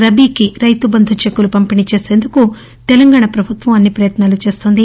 రబీకి రైతు బంధు చెక్కులు పంపిణీ చేసేందుకు తెలంగాణా ప్రభుత్వం అన్ని ప్రయత్పాలు చేస్తోంది